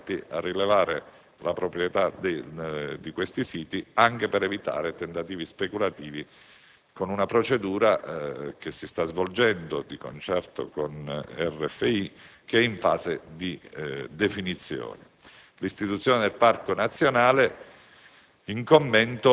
che si sono candidati a rilevare la proprietà dei siti coinvolti, anche per evitare tentativi speculativi, con una procedura che si sta svolgendo di concerto con RFI e che attualmente è in fase di definizione. L'istituzione del Parco nazionale